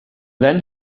then